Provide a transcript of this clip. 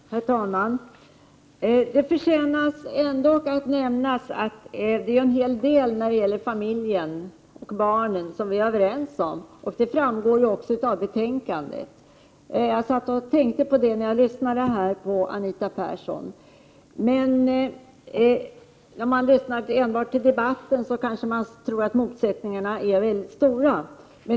Herr talman! Det förtjänar ändock att nämnas att det finns en hel del som vi är överens om när det gäller familjen och barnen. Det framgår ju också av betänkandet. Jag satt och tänkte på det när jag lyssnade på Anita Persson. Om man enbart lyssnar till debatten, kan man tro att motsättningarna är väldiga.